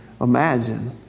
imagine